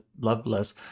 Loveless